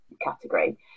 category